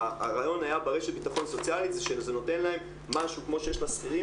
הרעיון היה ברשת ביטחון סוציאלית שזה נותן להם משהו כמו שיש לשכירים,